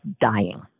dying